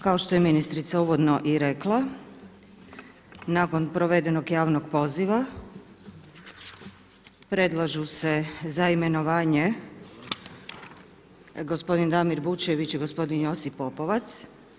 Kao što je ministrica uvodno i rekla, nakon provedenog javnog poziva predlažu se za imenovanje gospodin Damir Bučević i gospodin Josipi Popovac.